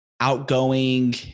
outgoing